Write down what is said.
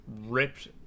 ripped